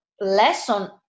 lesson